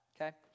Okay